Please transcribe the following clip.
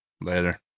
Later